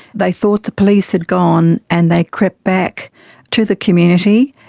they thought the police had gone and they crept back to the community,